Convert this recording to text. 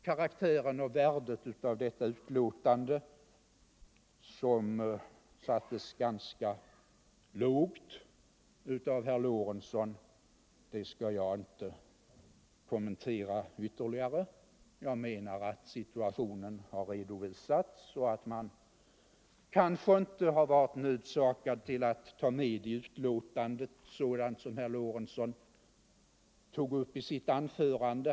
Karaktären och värdet av detta utlåtande, som sattes ganska lågt av herr Lorentzon, skall jag inte kommentera ytterligare. Jag menar att situationen har redovisats och att man kanske inte har varit nödsakad att ta med i utlåtandet sådant som herr Lorentzon tog upp i sitt anförande.